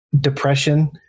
depression